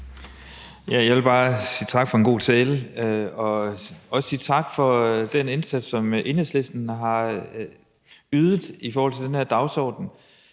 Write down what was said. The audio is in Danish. Jeg vil bare sige tak for en god tale og også sige tak for den indsats, som Enhedslisten har ydet i forhold til den her dagsorden.